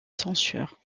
censure